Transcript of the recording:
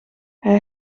hij